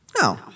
No